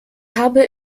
habe